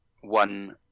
one